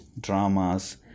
dramas